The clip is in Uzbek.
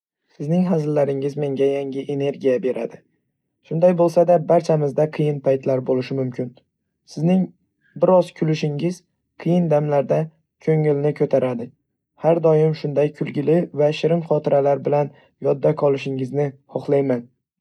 Sizning hazillaringiz menga yangi energiya beradi. Shunday bo'lsa-da, barchamizda qiyin paytlar bo'lishi mumkin. Sizning biroz kulishingiz, qiyin damlarda ko'ngilni ko'taradi. Har doim shunday kulgili va shirin xotiralar bilan yodda qolishingizni xohlayman.